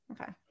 Okay